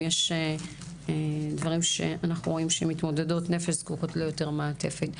אם יש דברים שאנחנו רואים שמתמודדות נפש זקוקות ליותר מעטפת.